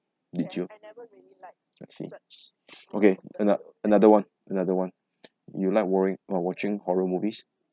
did you I see okay ano~ another [one] another [one] you like uh watching horror movies